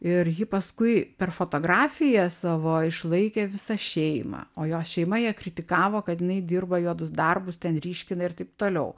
ir ji paskui per fotografiją savo išlaikė visą šeimą o jos šeima ją kritikavo kad jinai dirba juodus darbus ten ryškina ir taip toliau